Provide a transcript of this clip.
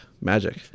magic